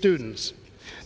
students